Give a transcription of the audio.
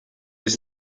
ist